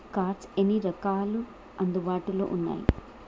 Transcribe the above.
Cards ఎన్ని రకాలు అందుబాటులో ఉన్నయి?